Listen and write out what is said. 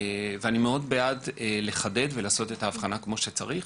אני מאוד בעד לקדם ולעשות את האבחנה כמו שצריך.